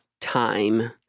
time